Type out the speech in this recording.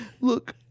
look